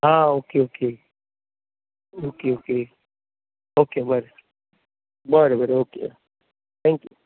आं okay okay okay okay okay बरें बरें बरें ओके ओके ओके थँक्यू